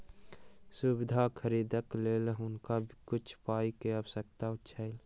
सुविधा खरीदैक लेल हुनका किछ पाई के आवश्यकता छल